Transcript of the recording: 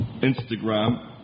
Instagram